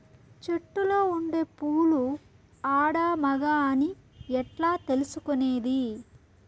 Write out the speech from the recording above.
చెట్టులో ఉండే పూలు ఆడ, మగ అని ఎట్లా తెలుసుకునేది?